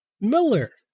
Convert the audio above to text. Miller